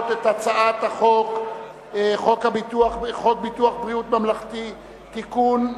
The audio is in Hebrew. את הצעת חוק ביטוח בריאות ממלכתי (תיקון,